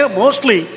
mostly